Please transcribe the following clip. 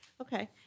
Okay